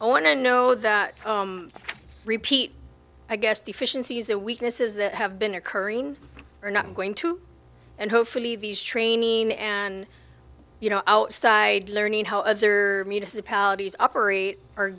i want to know the repeat i guess deficiencies a weaknesses that have been occurring are not going to and hopefully these training and you know outside learning how other municipalities operate are